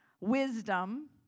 wisdom